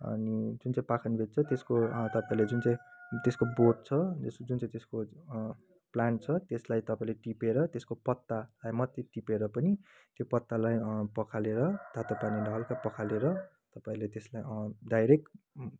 अनि जुन चाहिँ पाखनबेत छ त्यसको तपाईँले जुन चाहिँ त्यसको बोट छ जुन चाहिँ त्यसको प्लान्ट छ त्यसलाई तपाईँले टिपेर त्यसको पता मात्रै टिपेर पनि त्यो पतालाई पखालेर तातो पानीले हल्का पखालेर तपाईँले त्यसलाई डाइरेक्ट